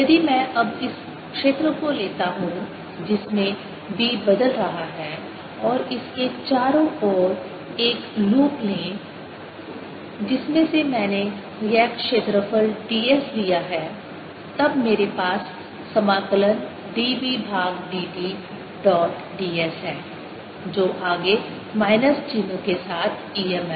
यदि मैं अब इस क्षेत्र को लेता हूं जिसमें B बदल रहा है और इसके चारों ओर एक लूप लें जिसमें से मैंने यह क्षेत्रफल ds लिया है तब मेरे पास समाकलन dB भाग dt डॉट ds है जो आगे माइनस चिह्न के साथ EMF है